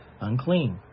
unclean